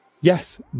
yes